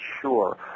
sure